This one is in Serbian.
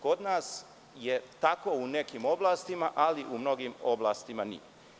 Kod nas je tako u nekim oblastima, ali u mnogim oblastima nije.